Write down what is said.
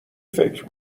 فکر